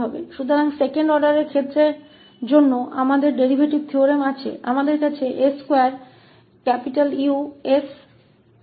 तो हमारे पास दूसरे क्रम के मामले के लिए डेरीवेटिव थ्योरम है हमारे पास s2Uxs sux0 utx0 है